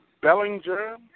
Bellinger